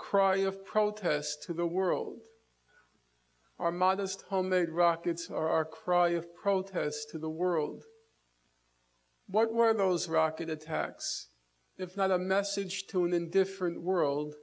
cry of protest to the world our modest homemade rockets are our cry of protest to the world what were those rocket attacks if not a message to an indifferent world